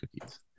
cookies